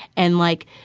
and, like,